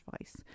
advice